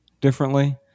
differently